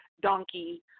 donkey